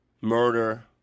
murder